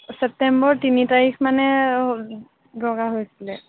চেপ্তেম্বৰ তিনি তাৰিখমানে দৰকাৰ হৈছিলে